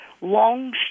long